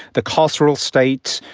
the cultural state,